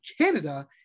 Canada